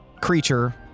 creature